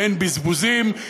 אין בזבוזים,